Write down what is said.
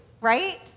right